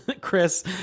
Chris